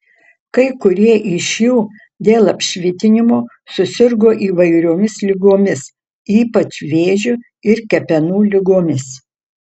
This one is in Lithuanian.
kai kurie iš jų dėl apšvitinimo susirgo įvairiomis ligomis ypač vėžiu ir kepenų ligomis